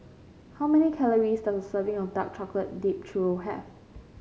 how many calories does a serving of Dark Chocolate Dipped Churro have